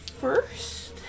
first